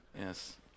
Yes